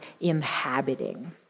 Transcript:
inhabiting